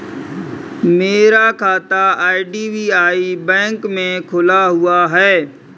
मेरा खाता IDBI bank में खुला हुआ है